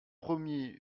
premier